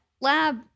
Lab